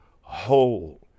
whole